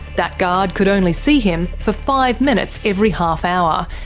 that guard could only see him for five minutes every half hour,